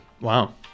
Wow